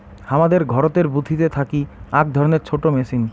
হামাদের ঘরতের বুথিতে থাকি আক ধরণের ছোট মেচিন